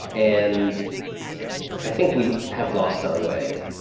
and i think we have lost our way.